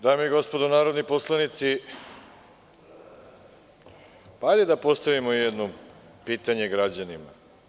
Dame i gospodo narodni poslanici, hajde da postavimo jedno pitanje građanima.